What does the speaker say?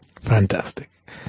Fantastic